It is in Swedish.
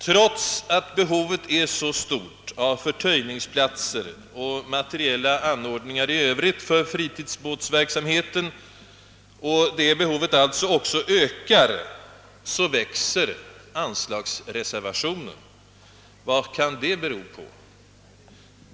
Trots att behovet av förtöjningsplatser och materiella anordningar i övrigt för fritidsbåtsverksamheten är så stort och dessutom ökar, växer anslagsreservationen. Vad kan det bero på?